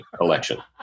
election